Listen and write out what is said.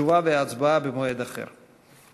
תשובה והצבעה במועד אחר.